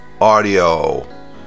Audio